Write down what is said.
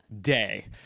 day